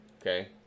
Okay